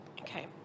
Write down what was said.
Okay